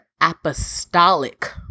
apostolic